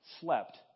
slept